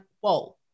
whoa